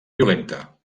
violenta